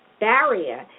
barrier